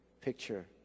picture